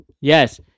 Yes